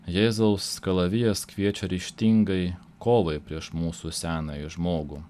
jėzaus kalavijas kviečia ryžtingai kovai prieš mūsų senąjį žmogų